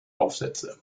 aufsätze